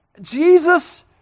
Jesus